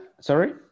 sorry